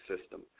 system